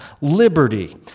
liberty